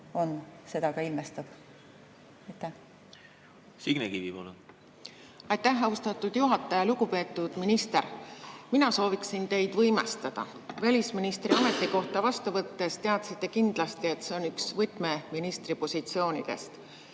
on seda ilmestanud. Signe Kivi, palun! Aitäh, austatud juhataja! Lugupeetud minister! Mina sooviksin teid võimestada. Välisministri ametikohta vastu võttes teadsite kindlasti, et see on üks võtmeministri positsioonidest.